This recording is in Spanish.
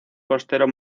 costero